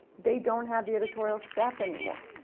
they don't have the editorial staff anymore.